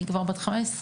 היא כבר בת 15,